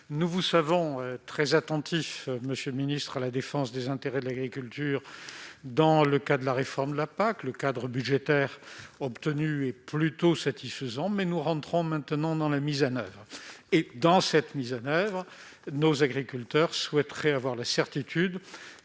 Nous vous savons très attentif, monsieur le ministre, à la défense des intérêts de l'agriculture, dans le cadre de la réforme de la politique agricole commune (PAC). Le cadre budgétaire obtenu est plutôt satisfaisant, mais nous entrons maintenant dans la phase de mise en oeuvre. Dans ce contexte, nos agriculteurs souhaiteraient avoir la certitude